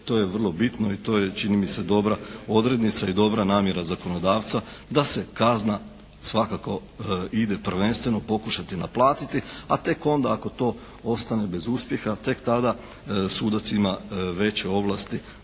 to je vrlo bitno i to je čini mi se dobra odrednica i dobra namjera zakonodavca da se kazna svakako ide prvenstveno pokušati naplatiti a tek onda ako to ostane bez uspjeha tek tada sudac ima veće ovlasti